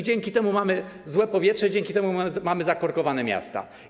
Dzięki temu mamy złe powietrze, dzięki temu mamy zakorkowane miasta.